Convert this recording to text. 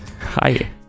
hi